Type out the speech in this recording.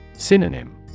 Synonym